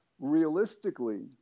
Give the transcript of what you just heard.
realistically